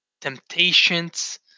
temptations